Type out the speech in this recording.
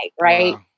right